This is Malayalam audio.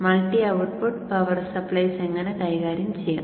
മൾട്ടി ഔട്ട്പുട്ട് പവർ സപ്ലൈസ് എങ്ങനെ കൈകാര്യം ചെയ്യാം